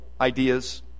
ideas